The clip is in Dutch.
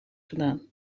gedaan